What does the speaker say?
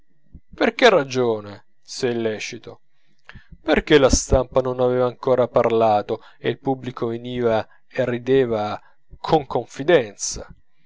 che ragione se è lecito perchè la stampa non aveva ancora parlato e il pubblico veniva e rideva con confidenza